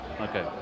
Okay